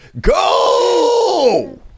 go